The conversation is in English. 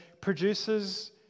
produces